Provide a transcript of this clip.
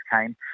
came